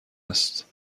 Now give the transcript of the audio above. است